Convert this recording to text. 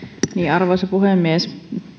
arvoisa puhemies